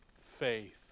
faith